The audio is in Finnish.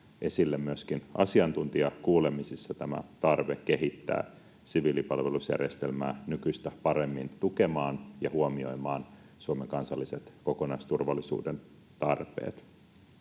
mukaan myöskin asiantuntijakuulemisissa oli tullut esille tämä tarve kehittää siviilipalvelusjärjestelmää nykyistä paremmin huomioimaan Suomen kansalliset kokonaisturvallisuuden tarpeet